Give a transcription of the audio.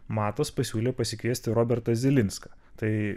matas pasiūlė pasikviesti robertą zilinską tai